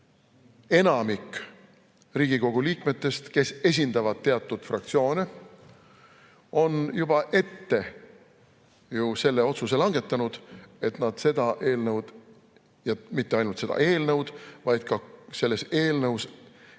enamik Riigikogu liikmetest, kes esindavad teatud fraktsioone, on juba ette langetanud otsuse, et nad seda eelnõu – ja mitte ainult seda eelnõu, vaid ka selles eelnõus